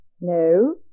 no